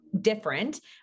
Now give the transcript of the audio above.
different